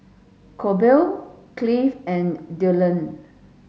Colby Cleve and Dillon